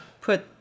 put